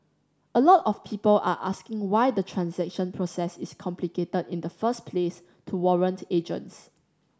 a lot of people are asking why the transaction process is complicated in the first place to warrant agents